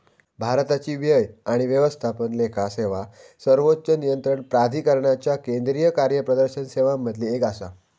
भारताची व्यय आणि व्यवस्थापन लेखा सेवा सर्वोच्च नियंत्रण प्राधिकरणाच्या केंद्रीय कार्यप्रदर्शन सेवांमधली एक आसा